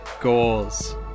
goals